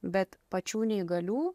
bet pačių neįgalių